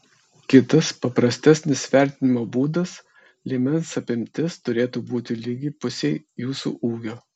kitas paprastesnis vertinimo būdas liemens apimtis turėtų būti lygi pusei jūsų ūgio